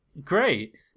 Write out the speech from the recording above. Great